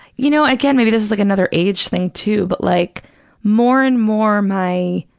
you know, again, maybe this is like another age thing, too, but like more and more my